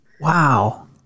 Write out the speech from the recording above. Wow